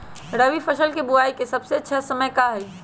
रबी फसल के बुआई के सबसे अच्छा समय का हई?